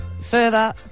further